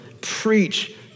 preach